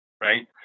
right